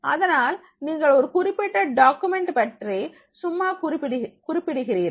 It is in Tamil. அதனால் நீங்கள் ஒரு குறிப்பிட்ட டாக்குமெண்ட் பற்றி சும்மா குறிப்பிடுகிறீர்கள்